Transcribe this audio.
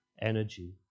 energy